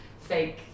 fake